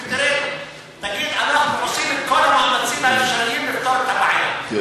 את כל המאמצים האפשריים לפתור את הבעיה, ותראה.